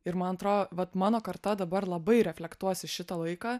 ir man atro vat mano karta dabar labai reflektuos į šitą laiką